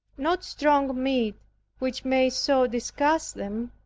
not strong meat which may so disgust them,